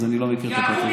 אז אני לא מכיר את הפרטים.